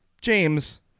james